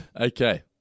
okay